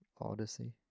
Odyssey